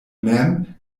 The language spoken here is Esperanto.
mem